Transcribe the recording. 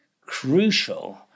crucial